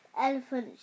elephant